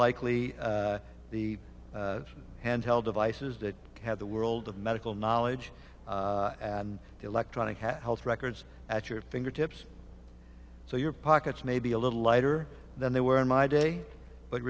likely the hand held devices that have the world of medical knowledge and electronic health records at your fingertips so your pockets may be a little lighter than they were in my day but